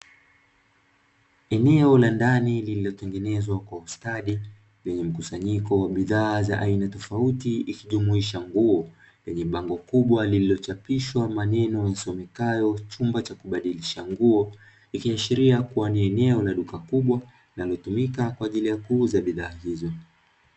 Eneo la ndani lililotengezwa kwa ustadi lenye mkusanyiko wa bidhaa za aina tofauti ikijumuisha nguo lenye bango kubwa, lilichopishwa maneno yasomekayo "chumba cha kubadilisha nguo" ikiashiria kuwa ni eneo la duka kubwa linalotumika kwa ajili ya kuuza bidhaa hizo.